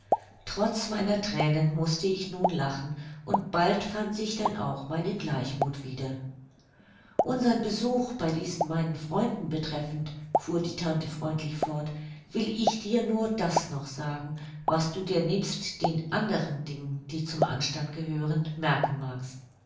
trotz meiner thränen mußte ich nun lachen und bald fand sich denn auch mein gleichmuth wieder unsern besuch bei diesen meinen freunden betreffend fuhr die tante freundlich fort will ich dir nur das noch sagen was du dir nebst den andern dingen die zum anstand gehören merken magst